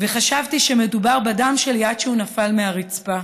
וחשבתי שמדובר בדם שלי, עד שהוא נפל על הרצפה.